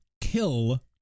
kill